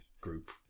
group